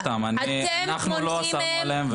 את יכולה לשאול אותם, אנחנו לא אסרנו עליהם.